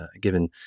given